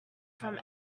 from